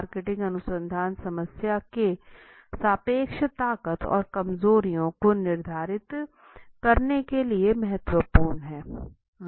marketing अनुसंधान समस्या की सापेक्ष ताकत और कमजोरियों को निर्धारित करने के लिए महत्त्वपूर्ण है